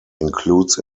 includes